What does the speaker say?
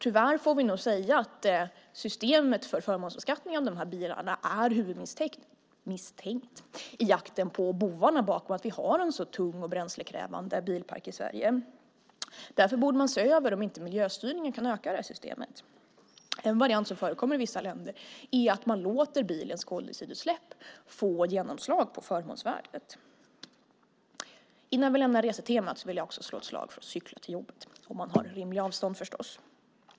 Tyvärr får vi nog säga att systemet för förmånsbeskattning av de bilarna är huvudmisstänkt i jakten på bovarna bakom att vi har en så tung och bränslekrävande bilpark i Sverige. Därför borde man se över om inte miljöstyrningen kunde öka i systemet. En variant som förekommer i vissa länder är att man låter bilens koldioxidutsläpp få genomslag på förmånsvärdet. Innan vi lämnar resetemat vill jag också slå ett slag för att cykla till jobbet, om man har rimliga avstånd förstås.